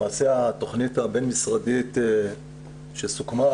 למעשה התכנית הבין משרדית שסוכמה,